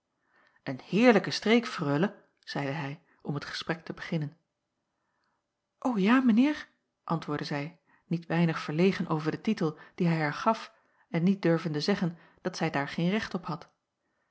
een heerlijke streek freule zeide hij om het gesprek te beginnen o ja mijn heer antwoordde zij niet weinig verlegen over den titel dien hij haar gaf en niet durvende zeggen dat zij daar geen recht op had